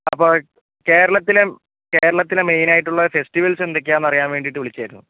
അപ്പോൾ കേരളത്തിലെ കേരളത്തിലെ മെയിനായിട്ടുള്ള ഫെസ്റ്റിവൽസ് എന്തൊക്കെയാണെന്ന് അറിയാൻ വേണ്ടിയിട്ട് വിളിച്ചതായിരുന്നു